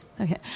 Okay